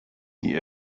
die